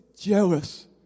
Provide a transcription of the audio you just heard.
jealous